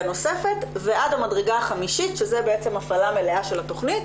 נוספת עד המדרגה החמישית שזו בעצם ההפעלה המלאה של התכנית,